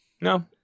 No